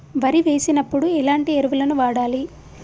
వరి వేసినప్పుడు ఎలాంటి ఎరువులను వాడాలి?